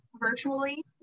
virtually